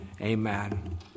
amen